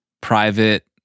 private